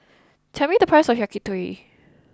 tell me the price of Yakitori